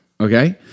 okay